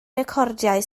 recordiau